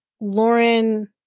Lauren